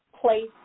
place